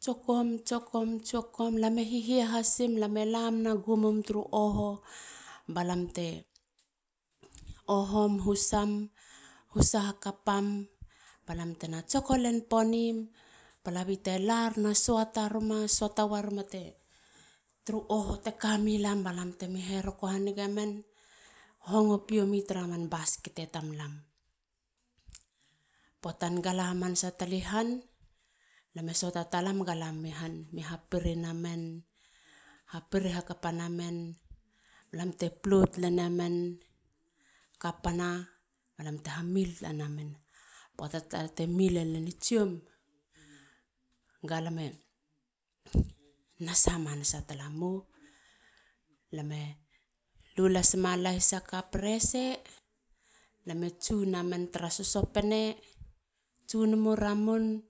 tsokom. tsokom. tsokom lame hihia hasim. lam na gumim turu oho. ba lam te ba lam te ohon. husam. husa hakapam ba lam tena tsoko len ponim. Palabi te lar na suata ruma. suata waruma turu oho teka mi lam. ba lam temi heroko hanigemen. hongo piomi tara man baskete tamlam. puatan gala hamanasa tale han. lame suata talam. gala mumi han mi piri nemen. hapiri hakapa namen. lam te float lene men. kapana bam lam te ha mill talana men. kapana ba te ha ha mill tala namen puata tala te mill eren i tsiom. ga lam e nas hamanasa talamou. lame lu lasima lahisa cup rese. lame tsu namen tara sosopene. tsunamu ramun.